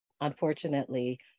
unfortunately